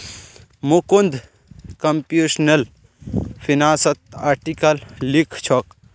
Mukund computational फिनांसत article लिखछोक